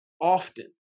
often